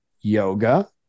yoga